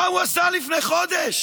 מה הוא עשה לפני חודש?